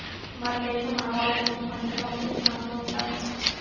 మన దేశం ఆవాలగింజ పంటల్ల మొదటి స్థానంలో ఉండాదట